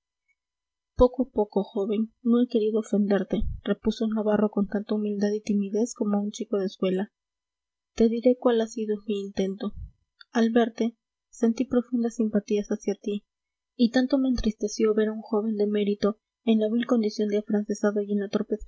a poco joven no he querido ofenderte repuso navarro con tanta humildad y timidez como un chico de escuela te diré cuál ha sido mi intento al verte sentí profundas simpatías hacia ti y tanto me entristeció ver a un joven de mérito en la vil condición de afrancesado